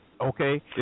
okay